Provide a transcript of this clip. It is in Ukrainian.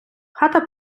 хата